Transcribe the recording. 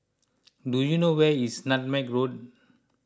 do you know where is Nutmeg Road